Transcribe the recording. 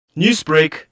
Newsbreak